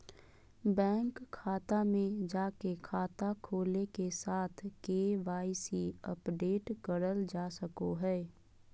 bank शाखा में जाके खाता खोले के साथ के.वाई.सी अपडेट करल जा सको हय